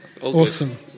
Awesome